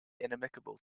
inimicable